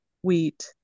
wheat